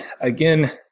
again